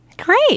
Great